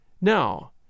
Now